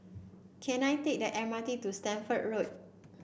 can I take the M R T to Stamford Road